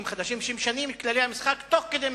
חדשים שמשנים את כללי המשחק תוך כדי משחק,